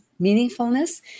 meaningfulness